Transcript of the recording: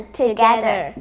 together